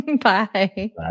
Bye